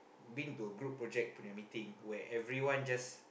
been to a group project meeting where everyone just